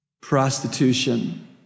prostitution